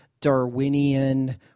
Darwinian